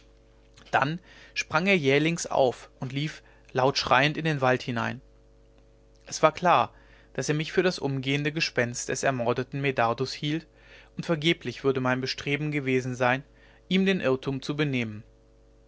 dann sprang er jählings auf und lief laut schreiend in den wald hinein es war klar daß er mich für das umgehende gespenst des ermordeten medardus hielt und vergeblich würde mein bestreben gewesen sein ihm den irrtum zu benehmen